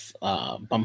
bump